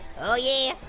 oh yeah.